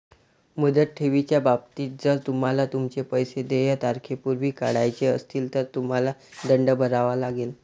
मुदत ठेवीच्या बाबतीत, जर तुम्हाला तुमचे पैसे देय तारखेपूर्वी काढायचे असतील, तर तुम्हाला दंड भरावा लागेल